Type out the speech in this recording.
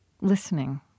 listening